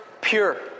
pure